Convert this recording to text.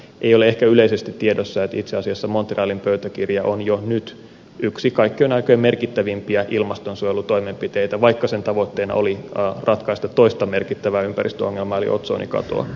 ei ole ehkä yleisesti tiedossa että itse asiassa montrealin pöytäkirja on jo nyt yksi kaikkien aikojen merkittävimpiä ilmastonsuojelutoimenpiteitä vaikka sen tavoitteena oli ratkaista toista merkittävää ympäristöongelmaa eli otsonikatoa